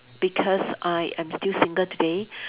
because I am still single today